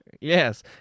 Yes